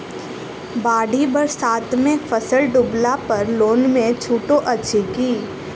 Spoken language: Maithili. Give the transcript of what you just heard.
बाढ़ि बरसातमे फसल डुबला पर लोनमे छुटो अछि की